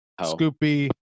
Scoopy